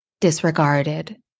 disregarded